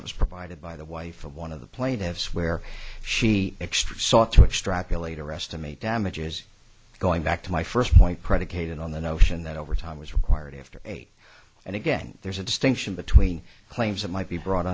that was provided by the wife of one of the plaintiffs where she extra sought to extrapolate arrested me damages going back to my first point predicated on the notion that overtime was required after eight and again there's a distinction between claims that might be brought